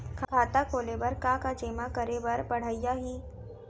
खाता खोले बर का का जेमा करे बर पढ़इया ही?